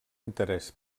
interès